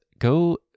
go